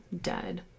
dead